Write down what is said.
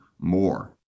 more